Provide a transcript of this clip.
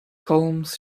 holmes